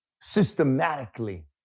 systematically